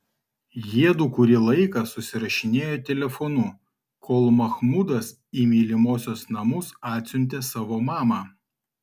jiedu kurį laiką susirašinėjo telefonu kol mahmudas į mylimosios namus atsiuntė savo mamą